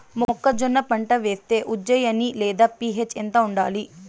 మొక్కజొన్న పంట వేస్తే ఉజ్జయని లేదా పి.హెచ్ ఎంత ఉండాలి?